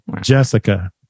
Jessica